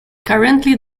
currently